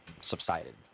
Subsided